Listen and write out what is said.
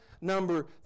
number